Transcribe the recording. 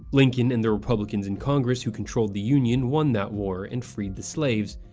lincoln and the republicans in congress who controlled the union won that war and freed the slaves.